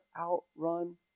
outrun